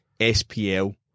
SPL